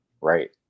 Right